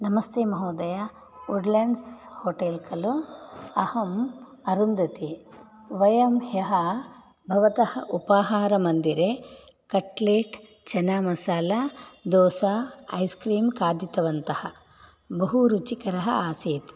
नमस्ते महोदय Woodlands hotel खलु अहम् अरुन्धती वयं ह्यः भवतः उपाहारमन्दिरे कट्लेट् चेन्नामसाला दोसा ऐस्क्रीम् खादितवन्तः बहु रुचिकरः आसीत्